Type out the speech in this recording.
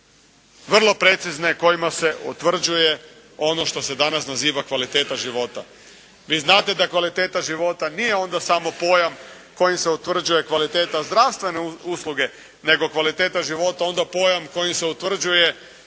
vrlo precizne kojima se utvrđuje ono što se danas naziva kvaliteta života. Vi znate da kvaliteta života nije onda samo pojam kojim se utvrđuje kvaliteta zdravstvene usluge, nego kvaliteta života onda pojam kojim se utvrđuje i kvaliteta socijalnih usluga,